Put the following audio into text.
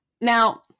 Now